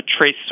trace